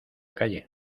calle